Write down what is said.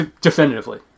definitively